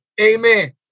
Amen